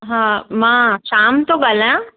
हा मां श्याम थो ॻाल्हायां